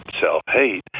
self-hate